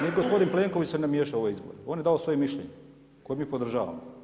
Ni gospodin Plenković se ne miješa u ove izbore, on je dao svoje mišljenje koje mi podržavamo.